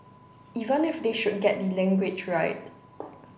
even if they should get the language right